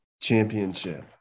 Championship